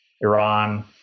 Iran